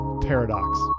Paradox